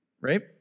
right